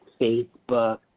Facebook